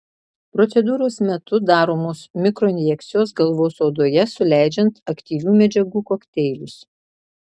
procedūros metu daromos mikroinjekcijos galvos odoje suleidžiant aktyvių medžiagų kokteilius